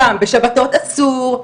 גם בשבתות אסור,